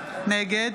נגד